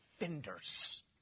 offenders